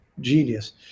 genius